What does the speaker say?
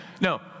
No